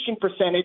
percentage